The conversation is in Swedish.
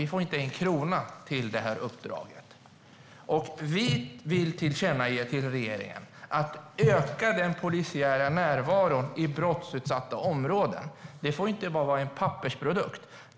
Vi får inte en krona till det här uppdraget. Vi vill tillkännage till regeringen att den polisiära närvaron i brottsutsatta områden ska ökas. Det får inte bara vara en pappersprodukt.